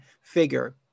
figure